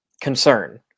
concern